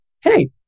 Hey